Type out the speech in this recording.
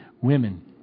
Women